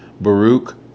Baruch